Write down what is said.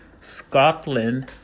Scotland